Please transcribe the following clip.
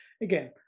Again